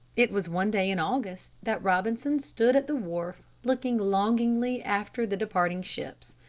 it was one day in august that robinson stood at the wharf looking longingly after the departing ships.